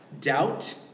Doubt